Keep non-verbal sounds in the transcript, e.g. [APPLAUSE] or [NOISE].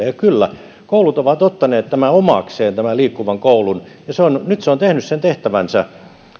[UNINTELLIGIBLE] ja kyllä koulut ovat ottaneet tämän liikkuvan koulun omakseen nyt se on tehnyt sen tehtävänsä